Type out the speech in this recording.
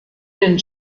den